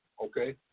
okay